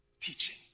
teaching